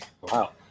Wow